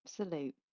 absolute